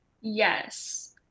Yes